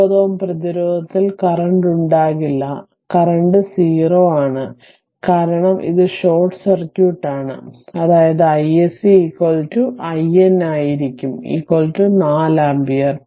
9 Ω പ്രതിരോധത്തിൽ കറന്റ് ഉണ്ടാകില്ല കറന്റ് 0 ആണ് കാരണം ഇത് ഷോർട്ട് സർക്യൂട്ട് ആണ് അതായത് iSC IN ആയിരിക്കും 4 ആമ്പിയർ